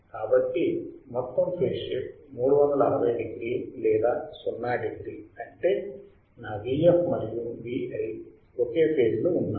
కాబట్టి మొత్తం phase shift 360 degree లేదా 0 డిగ్రీ అంటే నా Vf మరియు Vi ఒకే ఫేజ్లో ఉన్నాయి